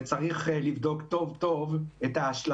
וצריך לבדוק טוב את ההשלכות